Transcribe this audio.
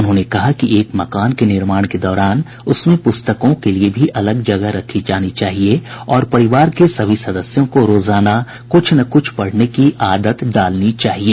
उन्होंने कहा कि एक मकान के निर्माण के दौरान उसमें पुस्तकों के लिए भी अलग जगह रखी जानी चाहिए और परिवार के सभी सदस्यों को रोजाना कुछ न कुछ पढ़ने की आदत डालनी चाहिए